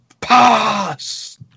pass